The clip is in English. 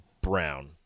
Brown